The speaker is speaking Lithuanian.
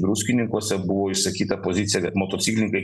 druskininkuose buvo išsakyta pozicija kad motociklininkai